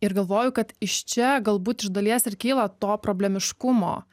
ir galvoju kad iš čia galbūt iš dalies ir kyla to problemiškumo